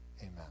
Amen